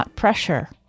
pressure